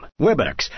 Webex